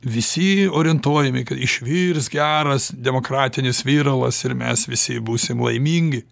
visi orientuojami kad išvirs geras demokratinis viralas ir mes visi būsim laimingi